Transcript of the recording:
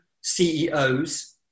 CEOs